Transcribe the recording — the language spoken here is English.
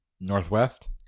Northwest